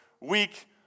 week